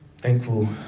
Thankful